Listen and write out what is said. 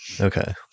Okay